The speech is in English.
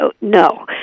No